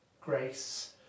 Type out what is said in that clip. Grace